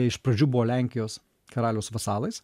iš pradžių buvo lenkijos karaliaus vasalais